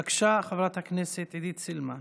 בבקשה, חברת הכנסת עידית סילמן.